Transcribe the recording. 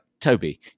Toby